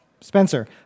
Spencer